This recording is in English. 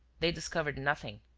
they discovered nothing.